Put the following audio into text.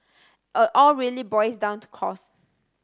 all all really boils down to cost